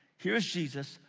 here is jesus,